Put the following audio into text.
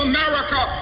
America